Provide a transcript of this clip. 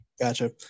Gotcha